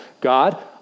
God